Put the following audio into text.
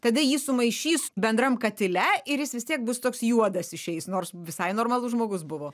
tada jį sumaišys bendram katile ir jis vis tiek bus toks juodas išeis nors visai normalus žmogus buvo